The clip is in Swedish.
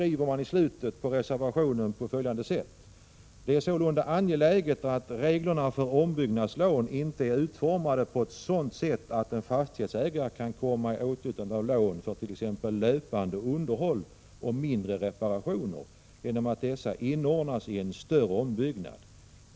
I slutet av reservationen skriver man: ”Det är sålunda angeläget att reglerna för ombyggnadslån inte är utformade på ett sådant sätt att en fastighetsägare kan komma i åtnjutande av lån för t.ex. löpande underhåll och mindre reparationer genom att dessa inordnas i en större ombyggnad.